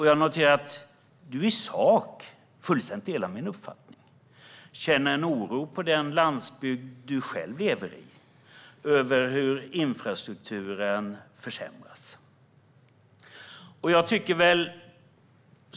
Jag noterar att du i sak fullständigt delar min uppfattning. Du känner en oro över att infrastrukturen försämras på den landsbygd där du själv lever.